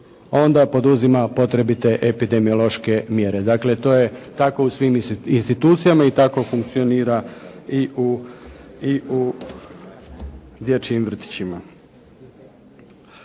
onda poduzima potrebite epidemiološke mjere. Dakle, to je tako u svim institucijama i tako funkcionira i u dječjim vrtićima.